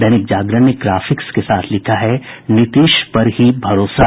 दैनिक जागरण ने ग्राफिक्स के साथ लिखा है नीतीश पर ही भरोसा